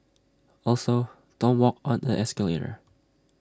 also don't walk on A escalator